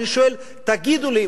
אני שואל: תגידו לי,